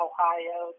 Ohio